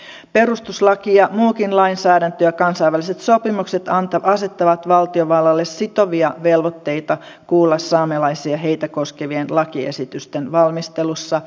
perustuslaki ja muukin lainsäädäntö ja kansainväliset sopimukset asettavat valtiovallalle sitovia velvoitteita kuulla saamelaisia heitä koskevien lakiesitysten valmistelussa